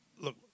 look